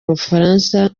bufaransa